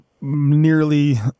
nearly